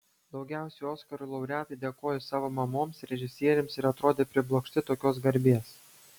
daugiausiai oskarų laureatai dėkojo savo mamoms režisieriams ir atrodė priblokšti tokios garbės